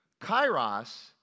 Kairos